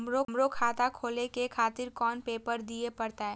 हमरो खाता खोले के खातिर कोन पेपर दीये परतें?